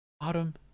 Autumn